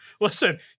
Listen